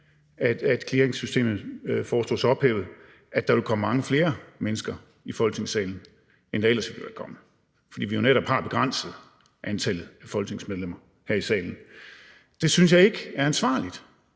at clearingsystemet foreslås ophævet, vil komme mange flere mennesker i Folketingssalen, end der ellers ville være kommet, fordi vi jo netop har begrænset antallet af folketingsmedlemmer her i salen. Så jeg synes ikke, det er ansvarligt